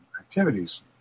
activities